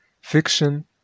fiction